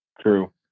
true